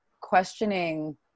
questioning